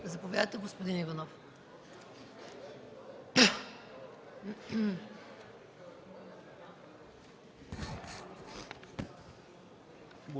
Заповядайте, господин Иванов.